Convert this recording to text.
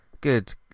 Good